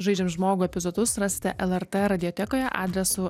žaidžiam žmogų epizodus rasite lrt radiotekoje adresu